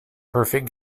perfect